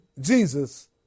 Jesus